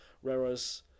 Whereas